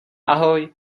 ahoj